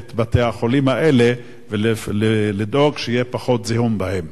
את בתי-החולים האלה ולדאוג שיהיה פחות זיהום בהם.